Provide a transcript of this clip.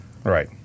Right